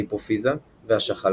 ההיפופיזה והשחלה,